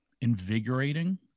invigorating